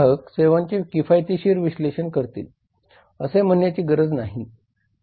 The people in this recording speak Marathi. ग्राहक सेवांचे किफायतशीर विश्लेषण करतील असे म्हणण्याची गरज नाही